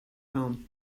home